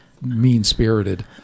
mean-spirited